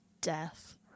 death